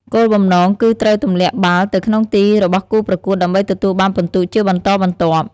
គោលបំណងគឺត្រូវទម្លាក់បាល់ទៅក្នុងទីរបស់គូប្រកួតដើម្បីទទួលបានពិន្ទុជាបន្តបន្ទាប់។